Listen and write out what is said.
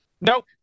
Nope